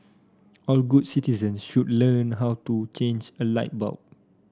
all good citizen should learn how to change a light bulb